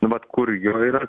nu vat kur jo yra